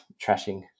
trashing